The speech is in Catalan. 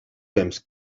temps